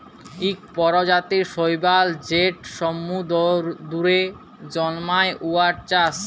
ইক পরজাতির শৈবাল যেট সমুদ্দুরে জল্মায়, উয়ার চাষ